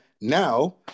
Now